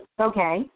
Okay